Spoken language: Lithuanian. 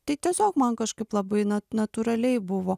tai tiesiog man kažkaip labai nat natūraliai buvo